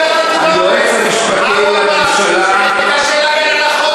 היועץ המשפטי לממשלה, מה הוא אמר על החוק הזה?